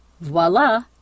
voila